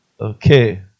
Okay